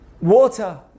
water